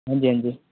हां जी हां जी